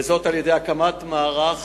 וזאת על-ידי הקמת מערך